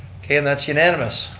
okay and that's unanimous.